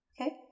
Okay